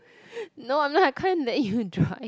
no I'm not I can't let you drive